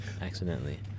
accidentally